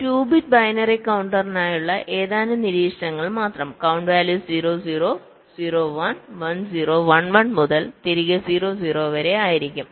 ഒരു 2 bit binary കൌണ്ടറിനായുള്ള ഏതാനും നിരീക്ഷണങ്ങൾ മാത്രം കൌണ്ട് വാല്യൂസ് 0 0 0 1 1 0 1 1 മുതൽ തിരികെ 0 0 വരെ ആയിരിക്കും